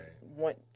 want